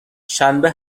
شنبه